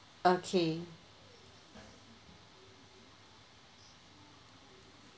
okay